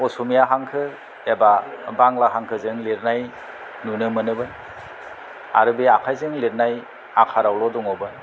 असमिया हांखो एबा बांला हांखोजों लिरनाय नुनो मोनोमोन आरो बे आखायजों लिरनाय आखारावल' दङमोन